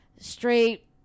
straight